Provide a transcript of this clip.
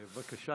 בבקשה.